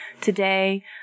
Today